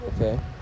okay